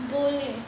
bowling